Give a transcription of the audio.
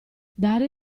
dare